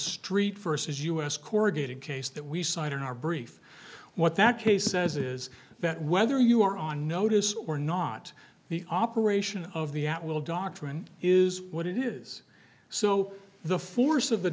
street first as u s corrugated case that we cite in our brief what that case says is that whether you are on notice or not the operation of the at will doctrine is what it is so the force of the